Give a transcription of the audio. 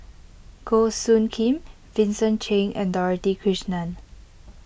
Goh Soo Khim Vincent Cheng and Dorothy Krishnan